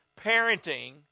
parenting